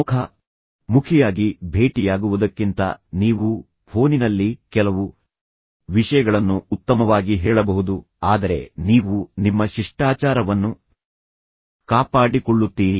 ಮುಖಾ ಮುಖಿಯಾಗಿ ಭೇಟಿಯಾಗುವುದಕ್ಕಿಂತ ನೀವು ಫೋನಿನಲ್ಲಿ ಕೆಲವು ವಿಷಯಗಳನ್ನು ಉತ್ತಮವಾಗಿ ಹೇಳಬಹುದು ಆದರೆ ನೀವು ನಿಮ್ಮ ಶಿಷ್ಟಾಚಾರವನ್ನು ಕಾಪಾಡಿಕೊಳ್ಳುತ್ತೀರಿ